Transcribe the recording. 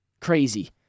Crazy